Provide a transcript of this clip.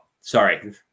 sorry